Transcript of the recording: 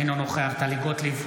אינו נוכח טלי גוטליב,